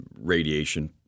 radiation